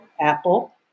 Apple